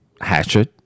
Hatchet